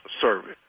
service